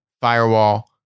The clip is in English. firewall